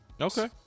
Okay